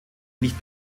nicht